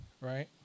right